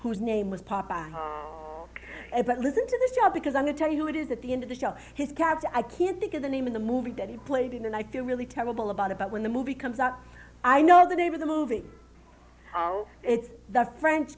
whose name was papa but listen to this yeah because i'm going tell you who it is at the end of the show his calves i can't think of the name of the movie that he played in and i feel really terrible about it but when the movie comes out i know the name of the movie it's the french